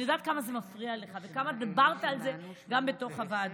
אני יודעת כמה זה מפריע לך וכמה דיברת על זה גם בתוך הוועדות,